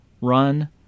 run